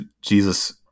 Jesus